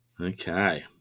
Okay